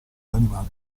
danimarca